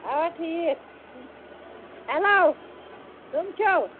اَوا ٹھیٖک ہیٚلو کٕم چھِو